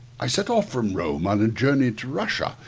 i set off from rome on a journey to russia,